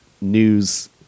news